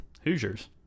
Hoosiers